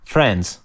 Friends